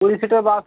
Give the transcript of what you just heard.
কুড়ি সিটের বাস